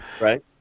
Right